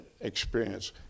experience